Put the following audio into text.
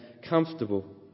comfortable